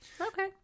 Okay